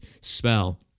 spell